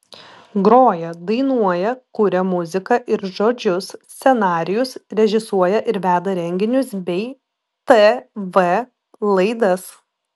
groja dainuoja kuria muziką ir žodžius scenarijus režisuoja ir veda renginius bei tv laidas